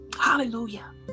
Hallelujah